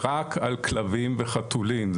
רק על כלבים וחתולים,